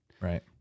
right